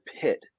pit